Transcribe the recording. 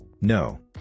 No